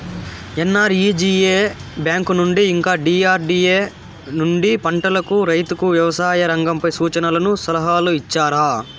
NREGA bank నుండి ఇంకా DRDA నుండి పంటలకు రైతుకు వ్యవసాయ రంగంపై సూచనలను సలహాలు ఇచ్చారా